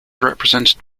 represented